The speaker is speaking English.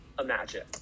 imagine